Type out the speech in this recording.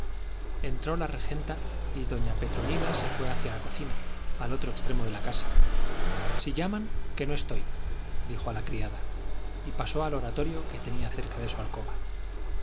entró la regenta y doña petronila se fue hacia la cocina al otro extremo de la casa si llaman que no estoy dijo a la criada y pasó al oratorio que tenía cerca de su alcoba